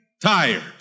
tired